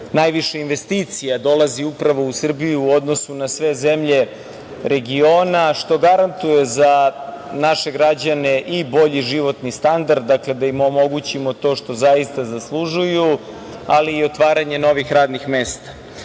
najviše investicija dolazi upravo u Srbiju u odnosu na sve zemlje regiona, što garantuje za naše građane i bolji životni standard, dakle, da im omogućimo to što zaista zaslužuju, ali i otvaranje novih radnih mesta. Na